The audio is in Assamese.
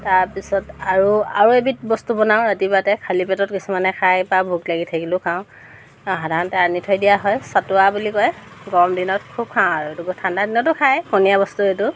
তাৰপিছত আৰু আৰু এবিধ বস্তু বনাওঁ ৰাতিপুৱাতে খালি পেটত কিছুমানে খায় বা ভোক লাগি থাকিলেও খাওঁ সাধাৰণতে আনি থৈ দিয়া হয় চাটোৱা বুলি কয় গৰম দিনত খুব খাওঁ আৰু এই ঠাণ্ডা দিনতো খায় পনীয়া বস্তু এইটো